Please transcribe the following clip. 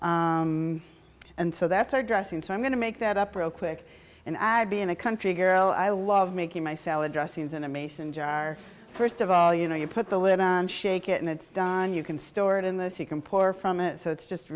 here and so that's our dressing so i'm going to make that up real quick and add being a country girl i love making my salad dressings in a mason jar first of all you know you put the lid on shake it and it's done you can store it in this you can pour from it so it's just